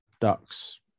ducks